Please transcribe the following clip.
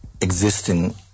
existing